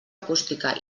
acústica